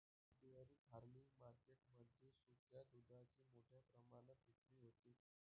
dairy farming market मध्ये सुक्या दुधाची मोठ्या प्रमाणात विक्री होते